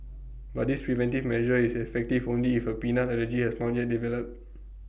but this preventive measure is effective only if A peanut allergy has not yet developed